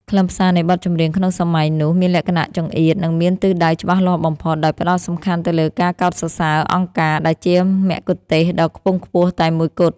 ខ្លឹមសារនៃបទចម្រៀងក្នុងសម័យនោះ មានលក្ខណៈចង្អៀត និងមានទិសដៅច្បាស់លាស់បំផុត ដោយផ្តោតសំខាន់ទៅលើការកោតសរសើរ អង្គការ ដែលជាមគ្គុទ្ទេសក៍ដ៏ខ្ពង់ខ្ពស់តែមួយគត់។